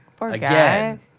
Again